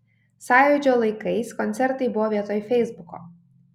sąjūdžio laikais koncertai buvo vietoj feisbuko